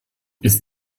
ist